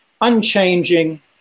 unchanging